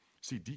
See